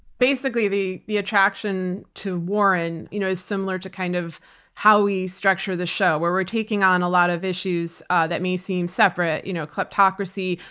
basically the the attraction to warren you know is similar to kind of how we structure the show, where we're taking on a lot of issues ah that may seem separate you know kleptocracy,